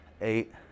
eight